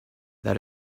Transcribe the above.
that